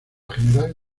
general